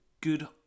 good